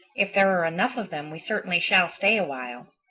if there are enough of them we certainly shall stay a while.